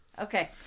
Okay